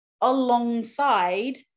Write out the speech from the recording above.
alongside